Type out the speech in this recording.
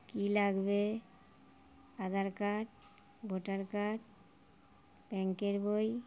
কী লাগবে Aadhaar card voter card ব্যাঙ্কের বই